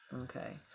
Okay